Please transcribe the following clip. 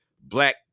black